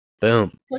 boom